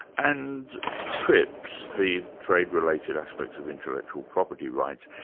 and trips, the trade-related aspects of intellectual property rights,